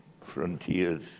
frontiers